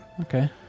Okay